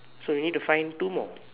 so we need to find two more